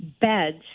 beds